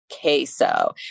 queso